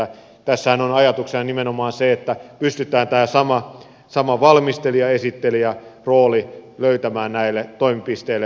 tässähän on ajatuksena nimenomaan se että pystytään tämä sama valmistelijaesittelijä rooli löytämään näille toimipisteille